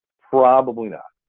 probably not.